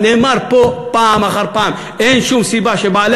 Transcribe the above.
נאמר פה פעם אחר פעם: אין שום סיבה שבעלי